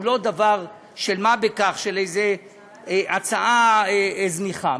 הוא לא דבר של מה בכך, איזו הצעה זניחה.